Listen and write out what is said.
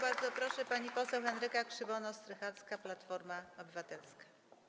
Bardzo proszę, pani poseł Henryka Krzywonos-Strycharska, Platforma Obywatelska.